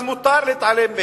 אז מותר להתעלם מהם,